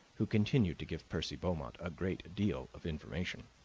who continued to give percy beaumont a great deal of information.